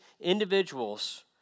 individuals